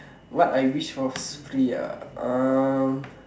what I wish for free ah um